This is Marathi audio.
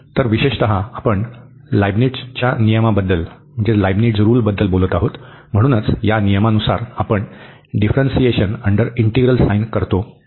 तर विशेषतः आपण लिबनिट्झच्या नियमाबद्दल बोलत आहोत म्हणूनच या नियमानुसार आपण डीफ्रन्सिएशन अंडर इंटिग्रल साइन करतो